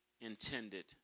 intended